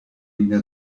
linea